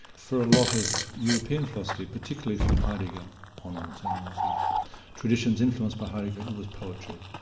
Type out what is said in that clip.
for a lot of european philosophy, particularly from heidegger onwards and the traditions influence by heidegger it was poetry.